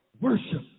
worship